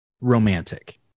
romantic